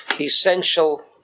essential